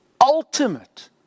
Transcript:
ultimate